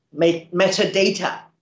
metadata